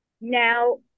Now